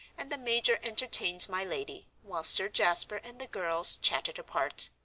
and the major entertained my lady, while sir jasper and the girls chatted apart.